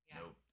nope